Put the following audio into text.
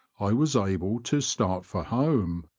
i was able to start for home.